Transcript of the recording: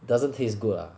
doesn't taste good lah